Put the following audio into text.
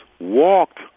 walked